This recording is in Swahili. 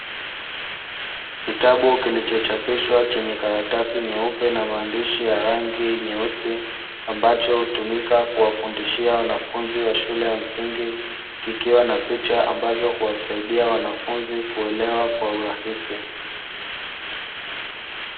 Kitabu kilichochapishwa chenye karatasi nyeupe na maandishi ya rangi nyeusi, ambacho hutumika kuwafundishia wanafunzi wa shule ya msingi, kikiwa na picha ambazo huwasaidia wanafunzi kuelewa kwa urahisi.